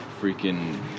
freaking